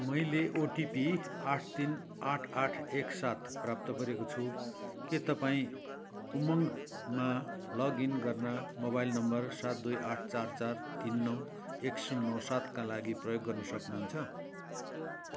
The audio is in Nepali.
मैले ओटिपी आठ तिन आठ आठ एक सात प्राप्त गरेको छु के तपाईँँ उमङ्गमा लगइन् गर्न मोबाइल नम्बर सात दुई आठ चार चार तिन नौ एक शून्य नौ सात का लागि प्रयोग गर्न सक्नुहुन्छ